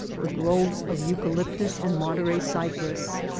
the groves of eucalyptus and monterey cypress,